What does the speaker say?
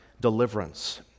deliverance